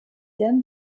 then